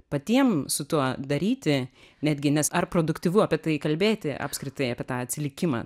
patiem su tuo daryti netgi nes ar produktyvu apie tai kalbėti apskritai apie tą atsilikimą